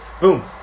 boom